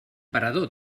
parador